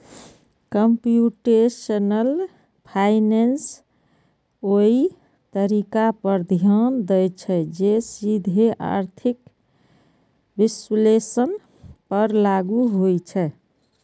computational finance ओइ तरीका पर ध्यान दै छै, जे सीधे आर्थिक विश्लेषण पर लागू होइ छै